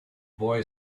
boy